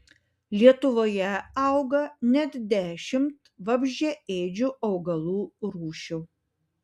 lietuvoje auga net dešimt vabzdžiaėdžių augalų rūšių